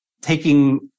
taking